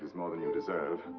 more than you deserve.